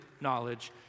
knowledge